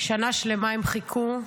שנה שלמה הם חיכו,